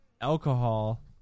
alcohol